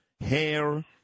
hair